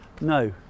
no